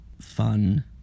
fun